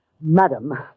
Madam